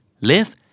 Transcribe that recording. live